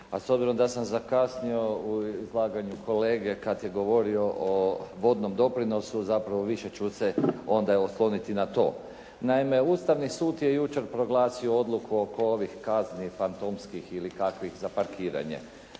s obzirom da sam zakasnio u izlaganju kolege kad je govorio o vodnom doprinosu zapravo više ću se onda osloniti na to. Naime, Ustavni sud je jučer proglasio odluku oko ovih kazni fantomskih ili kakvih za parkiranje.